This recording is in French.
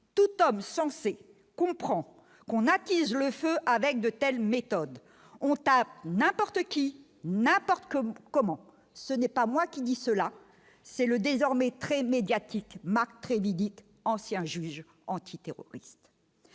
tout homme sensé comprend qu'on attise le feu avec de telles méthodes ont à n'importe qui n'apporte que comment ce n'est pas moi qui dit cela, c'est le désormais très médiatique, Marc Trévidic, ancien juge antiterroriste